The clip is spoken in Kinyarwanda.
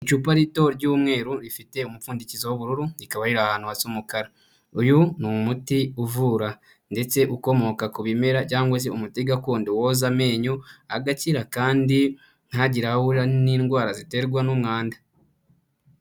Icupa rito ry'umweru rifite umupfundikizo w'ubururu, rikaba riri ahantu hasa umukara. Uyu ni umuti uvura ndetse ukomoka ku bimera cyangwa se umuti gakondo woza amenyo, agakira kandi ntagire aho ahurira n'indwara ziterwa n'umwanda.